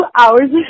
hours